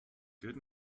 good